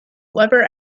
lever